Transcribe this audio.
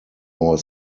more